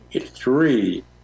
three